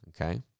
Okay